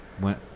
went